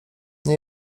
nie